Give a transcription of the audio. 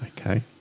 Okay